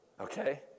Okay